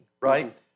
right